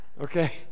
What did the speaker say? Okay